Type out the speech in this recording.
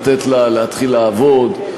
לתת לה להתחיל לעבוד,